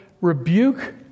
rebuke